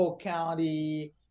County